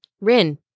Rin